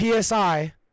PSI